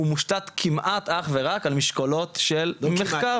הוא מושתת כמעט אך ורק על משקולות של מחקר.